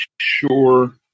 sure